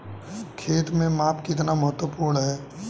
खेत में माप कितना महत्वपूर्ण है?